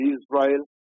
Israel